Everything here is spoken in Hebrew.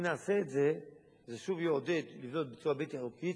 אם נעשה את זה זה שוב יעודד לבנות בצורה בלתי חוקית,